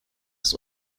ist